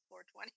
420